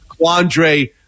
Quandre